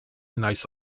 nice